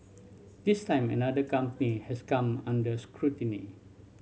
this time another company has come under scrutiny